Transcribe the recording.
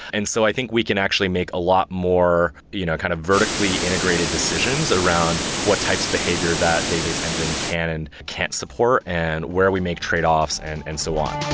and so i think we can actually make a lot more you know kind of vertically integrated decisions around what types of behavior that database engine can and can't support and where we make trade-offs and and so on